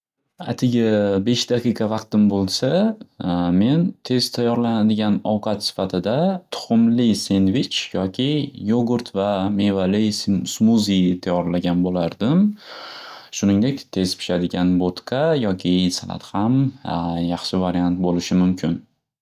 Atigi besh daqiqa vaqtim bo'lsa men tez tayyorlanadigan ovqat sifatida tuxumli senvich yoki yogurt va mevali si-simuziy tayyorlagan bo'lardim. Shuningdek tez pishadigan bo'tqa yoki salat ham yaxshi variant bo'lishi mumkin.